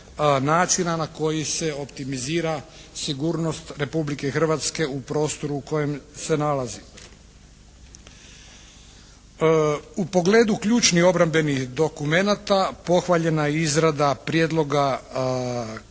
na koji se optimizira sigurnost Republike Hrvatske u prostoru u kojem se nalazi. U pogledu ključnih obrambenih dokumenata pohvaljena je i izrada prijedloga